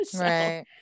Right